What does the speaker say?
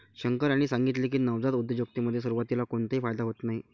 शंकर यांनी सांगितले की, नवजात उद्योजकतेमध्ये सुरुवातीला कोणताही फायदा होत नाही